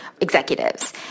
executives